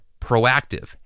proactive